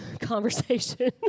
conversation